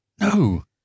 No